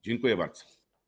Dziękuję bardzo.